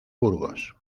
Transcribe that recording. burgos